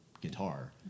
guitar